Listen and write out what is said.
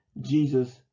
Jesus